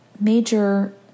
major